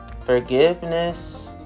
forgiveness